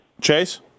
Chase